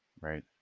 right